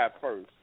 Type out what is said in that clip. first